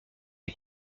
est